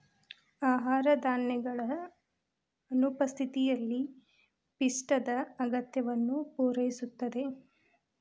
ಆಹಾರ ಧಾನ್ಯಗಳ ಅನುಪಸ್ಥಿತಿಯಲ್ಲಿ ಪಿಷ್ಟದ ಅಗತ್ಯವನ್ನು ಪೂರೈಸುತ್ತದೆ